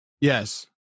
Yes